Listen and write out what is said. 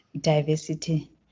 diversity